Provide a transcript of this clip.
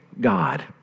God